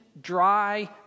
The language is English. dry